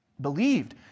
Believed